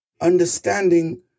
understanding